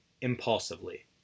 impulsively